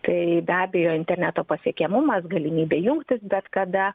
tai be abejo interneto pasiekiamumas galimybė jungtis bet kada